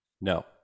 No